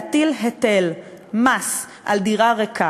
להטיל היטל מס על דירה ריקה,